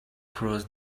across